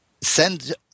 send